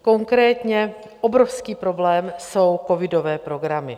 Konkrétně obrovský problém jsou covidové programy.